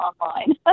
online